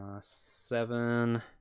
Seven